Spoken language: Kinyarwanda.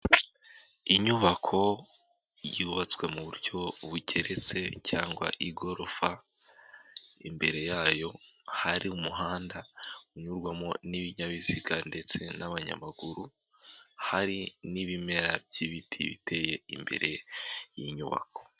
Inyubako yubatswe mu buryo bugeretse cyangwa igorofa, imbere yayo hari umuhanda unyurwamo n'ibinyabiziga ndetse n'abanyamaguru, hari n'ibimera by'ibiti biteye imbere y'inyubako.